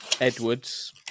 Edwards